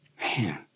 man